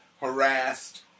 harassed